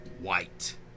white